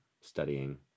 studying